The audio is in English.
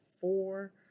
four